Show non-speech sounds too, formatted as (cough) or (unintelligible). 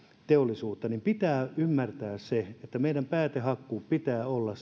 teollisuutta pitää ymmärtää se että meidän päätehakkuiden pitää olla (unintelligible)